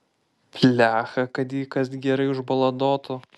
blecha kad jį kas gerai užbaladotų